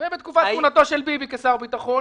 ובתקופתו של ביבי כשר ביטחון.